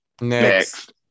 next